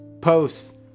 posts